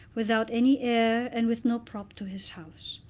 without any heir and with no prop to his house.